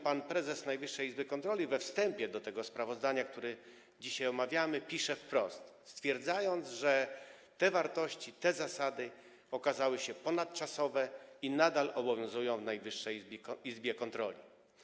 Pan prezes Najwyższej Izby Kontroli we wstępie do tego sprawozdania, które dzisiaj omawiamy, pisze wprost, że te wartości, te zasady okazały się ponadczasowe i nadal obowiązują w Najwyższej Izbie Kontroli.